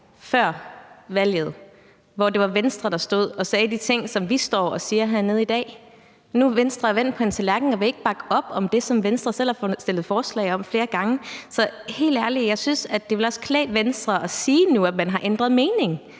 før valget, hvor det var Venstre, der stod og sagde de ting, som vi står og siger hernede i dag. Nu er Venstre vendt på en tallerken og vil ikke bakke op om det, som Venstre selv har fremsat forslag om flere gange. Så helt ærlig, jeg synes, at det også ville klæde Venstre at sige nu, at man har ændret mening,